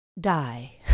die